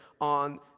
on